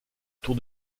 tour